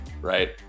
right